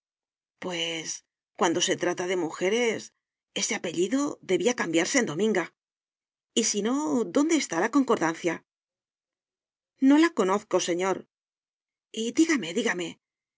pues cuando se trata de mujeres ese apellido debía cambiarse en dominga y si no dónde está la concordancia no la conozco señor y dígame dígame